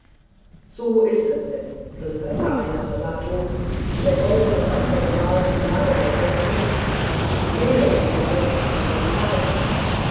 so ist denn flüsterte ajatasattu der goldene mantel zwar die gabe der fürstin die seele des bildes aber die deine